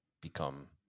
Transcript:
become